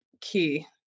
key